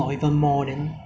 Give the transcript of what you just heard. higher growth rate right but